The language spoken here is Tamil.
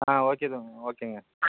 ஆ ஓகே தம்பி ஓகேங்க